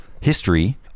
history